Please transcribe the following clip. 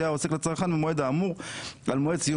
יודיע העוסק לצרכן במועד האמור על מועד סיום